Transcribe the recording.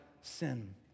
sin